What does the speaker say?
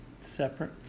separate